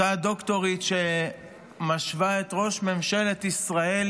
אותה דוקטורית שמשווה את ראש ממשלת ישראל